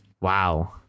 Wow